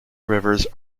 rivers